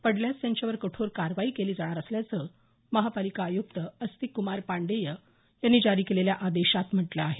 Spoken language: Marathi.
पडल्यास त्यांच्यावर कठोर कारवाई केली जाणार असल्याचं महापालिका आयुक्त आस्तिकक्मार पांडेय यांनी जारी केलेल्या आदेशात म्हटलं आहे